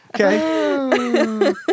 Okay